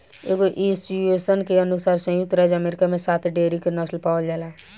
एगो एसोसिएशन के अनुसार संयुक्त राज्य अमेरिका में सात डेयरी के नस्ल पावल जाला